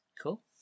Cool